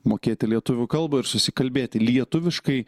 mokėti lietuvių kalbą ir susikalbėti lietuviškai